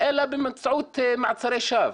אלא באמצעות מעצרי שווא.